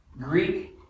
Greek